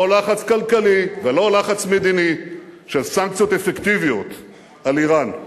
לא לחץ כלכלי ולא לחץ מדיני של סנקציות אפקטיביות על אירן.